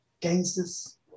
gangsters